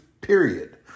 period